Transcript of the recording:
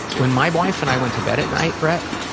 when my wife and i went to bed at night, brett,